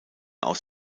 aus